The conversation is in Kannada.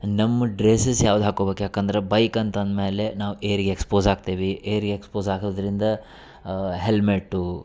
ನಮ್ಮ ಡ್ರೆಸಸ್ ಯಾವ್ದ ಹಾಕೊಬೇಕು ಯಾಕಂದ್ರ ಬೈಕ್ ಅಂತ್ ಅಂದ್ಮ್ಯಾಲೆ ನಾವು ಏರಿಗೆ ಎಕ್ಸ್ಪೋಸ್ ಆಗ್ತೆವಿ ಏರಿ ಎಕ್ಸ್ಪೋಸ್ ಆಗೋದರಿಂದ ಹೆಲ್ಮೇಟು